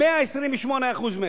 128% מכס,